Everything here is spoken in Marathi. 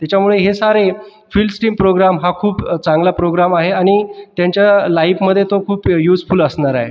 त्याच्यामुळे हे सारे फिल्ड स्टीम प्रोग्राम हा खूप चांगला प्रोग्राम आहे आणि त्यांच्या लाईफमध्ये तो खूप यूजफुल असणार आहे